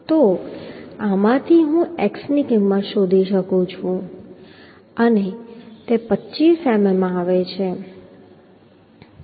તો આમાંથી હું x ની કિંમત શોધી શકું છું અને તે 25 મીમી આવે છે